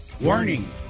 warning